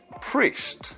priest